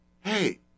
hey